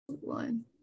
one